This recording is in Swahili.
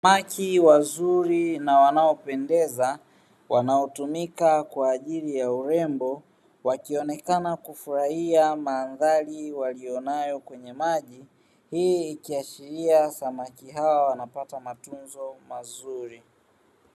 Samaki wazuri na wanaopendeza wanaotumika kwa ajili ya urembo, wakionekana wakifurahia mandhari waliyonayo kwenye maji hii ikiashiria samaki hao wanapata matunzo mazuri.